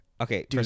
okay